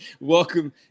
welcome